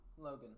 Logan